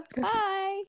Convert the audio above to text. Bye